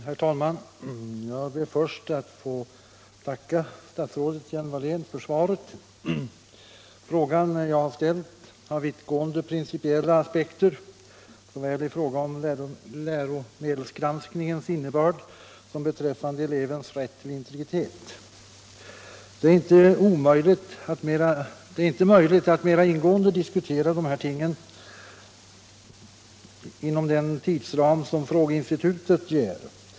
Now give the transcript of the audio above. Herr talman! Jag ber först att få tacka statsrådet Hjelm-Wallén för svaret. Den fråga jag ställt har vittgående principiella aspekter såväl i vad gäller läromedelsgranskningens innebörd som beträffande elevens rätt till integritet. Det är inte möjligt att mera ingående diskutera dessa ting inom den tidsram som frågeinstitutet ger.